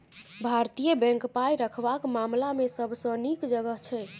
भारतीय बैंक पाय रखबाक मामला मे सबसँ नीक जगह छै